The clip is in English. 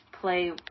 play